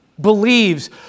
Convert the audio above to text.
Believes